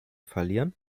verlieren